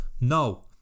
No